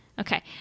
okay